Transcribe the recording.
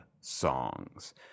songs